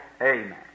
Amen